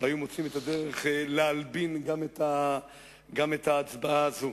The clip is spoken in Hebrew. והיו מוצאים את הדרך להלבין גם את ההצבעה הזאת.